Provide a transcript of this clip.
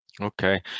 Okay